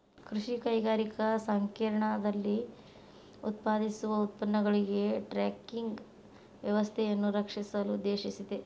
ಕೃಷಿ ಕೈಗಾರಿಕಾ ಸಂಕೇರ್ಣದಲ್ಲಿ ಉತ್ಪಾದಿಸುವ ಉತ್ಪನ್ನಗಳಿಗೆ ಟ್ರ್ಯಾಕಿಂಗ್ ವ್ಯವಸ್ಥೆಯನ್ನು ರಚಿಸಲು ಉದ್ದೇಶಿಸಿದೆ